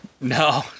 No